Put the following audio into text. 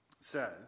says